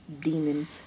demon